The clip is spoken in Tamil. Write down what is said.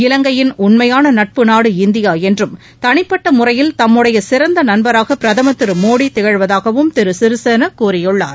இவங்கையின் உண்மையான நட்பு நாடு இந்தியா என்றும் தனிப்பட்ட முறையில் தம்முடைய சிறந்த நண்பராக பிரதமர் திரு மோடி திகழ்வதாகவும் திரு சிறிசேனா கூறியுள்ளார்